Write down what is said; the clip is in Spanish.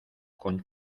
con